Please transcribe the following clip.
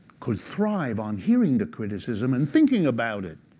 could thrive on hearing the criticism and thinking about it.